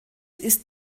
ist